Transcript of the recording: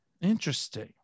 Interesting